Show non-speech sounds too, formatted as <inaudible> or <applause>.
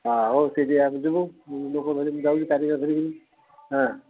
ହଁ ହଉ ସେଇଠି ଆମ ଯିବୁ ଲୋକ ଧରିକି ଯାଉଛି <unintelligible> ଧରିକି ହଁ